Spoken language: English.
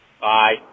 Bye